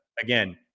Again